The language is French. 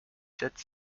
sept